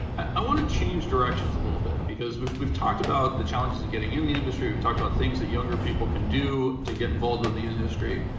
i want to change directions a little bit, because we've we've talked about the challenges of getting in the industry, we've talked about things that younger people can do to get involved in the industry,